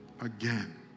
again